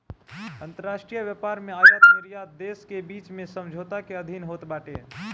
अंतरराष्ट्रीय व्यापार में आयत निर्यात देस के बीच में समझौता के अधीन होत बाटे